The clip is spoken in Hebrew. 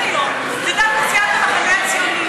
היום זה דווקא סיעת המחנה הציוני.